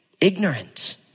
ignorant